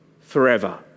forever